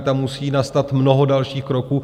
Tam musí nastat mnoho dalších kroků.